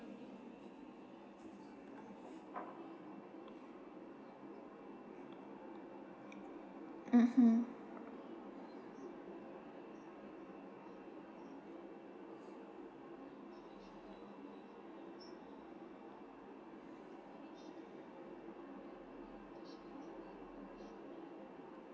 mmhmm